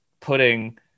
putting